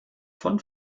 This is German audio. von